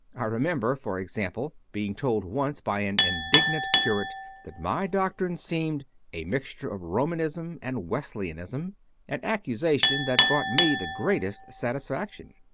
i remember, for example, being told once by an indignant curate that my doctrine seemed a mixture of romanism and wesleyanism an accusation that brought me the greatest satisfaction.